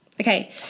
okay